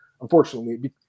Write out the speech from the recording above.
unfortunately